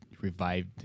revived